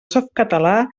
softcatalà